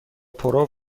پرو